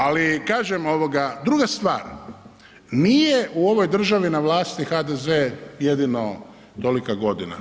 Ali, kažem, druga stvar, nije u ovoj državi na vlasti HDZ jedino tolika godina.